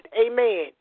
amen